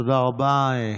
תודה רבה.